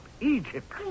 Egypt